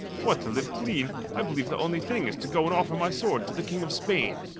what to live clean, i believe the only thing is to go and offer my sword to the king of spain.